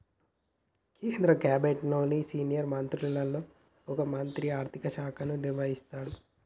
కేంద్ర క్యాబినెట్లో సీనియర్ మంత్రులలో ఒక మంత్రి ఆర్థిక శాఖను నిర్వహిస్తాడు